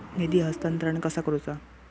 निधी हस्तांतरण कसा करुचा?